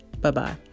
bye-bye